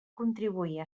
contribuir